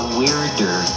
weirder